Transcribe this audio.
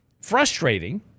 frustrating